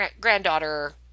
granddaughter